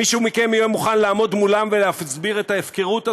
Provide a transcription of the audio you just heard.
מישהו מכם יהיה מוכן לעמוד מולם ולהסביר את ההפקרות הזאת?